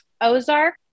Ozark